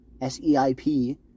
S-E-I-P